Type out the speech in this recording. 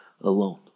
alone